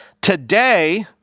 Today